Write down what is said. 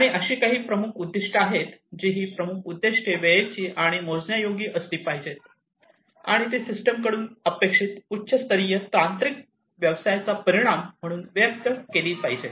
आणि अशी काही प्रमुख उद्दिष्ट्ये आहेत जी ही प्रमुख उद्दीष्टे वेळेची आणि मोजण्याजोगी असली पाहिजेत आणि ती सिस्टमकडून अपेक्षित उच्च स्तरीय तांत्रिक व्यवसायाचा परिणाम म्हणून व्यक्त केली जातात